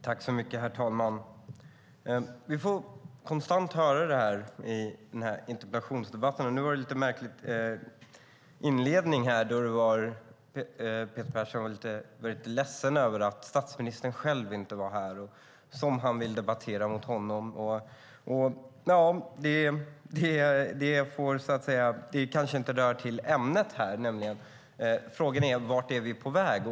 Herr talman! Vi får konstant höra detta i interpellationsdebatterna. Nu var det en lite märklig inledning, då Peter Persson var ledsen över att statsministern själv inte var här eftersom han vill debattera mot honom. Det kanske inte hör till ämnet, nämligen frågan: Vart är vi på väg?